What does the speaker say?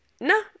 no